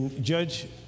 judge